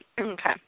Okay